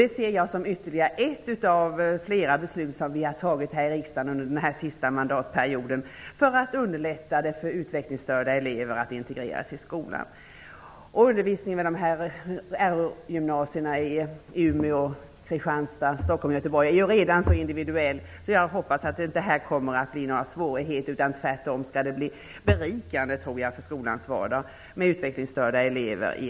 Detta ser jag som ytterligare ett av flera beslut som vi har fattat här i riksdagen under den senaste mandatperioden för att underlätta för utvecklingsstörda elever att integreras i skolan. Kristianstad, Stockholm och Göteborg är redan individuell. Därför hoppas jag att det inte kommer att bli några svårigheter. Tvärtom tror jag att utvecklingsstörda elever i elevgrupperna kommer att berika skolans vardag.